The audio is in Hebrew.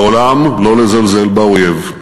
לעולם לא לזלזל באויב,